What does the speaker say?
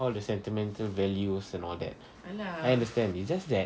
all the sentimental values and all that I understand it's just that